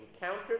encountered